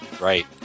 Right